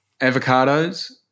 Avocados